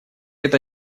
это